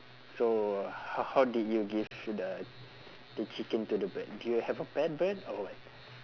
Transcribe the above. so h~ how did you give the the chicken to the bird do you have a pet bird or what